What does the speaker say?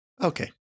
Okay